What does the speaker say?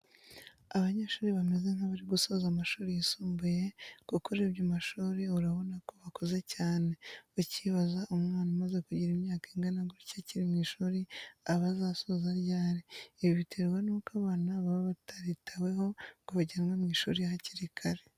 Abanyeshuri bameze nkabari gusoza amashuri yisumbuye kuko urebye amashuri urabona ko bakuze cyane, ukibaza umwana umaze kugira imyaka ingana gutya akiri mu ishuri aba azasoza ryari? Ibi biterwa n'uko abana baba bataritaweho ngo bajyanwe mu ishuri hakiri kare.